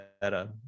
better